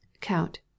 Count